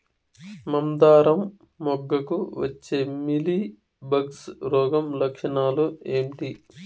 మందారం మొగ్గకు వచ్చే మీలీ బగ్స్ రోగం లక్షణాలు ఏంటి?